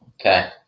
Okay